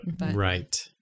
right